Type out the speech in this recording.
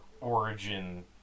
origin